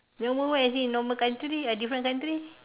normal world as in normal country a different country